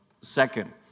second